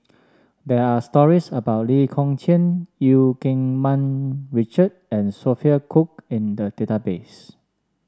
there are stories about Lee Kong Chian Eu Keng Mun Richard and Sophia Cooke in the database